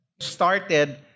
started